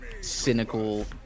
cynical